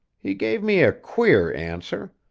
he gave me a queer answer.